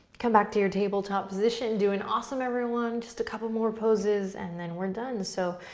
come back to your table top position, doing awesome everyone, just a couple more poses and then we're done. so,